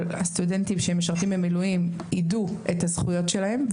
הסטודנטים שמשרתים במילואים ידעו את הזכויות שלהם.